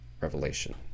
revelation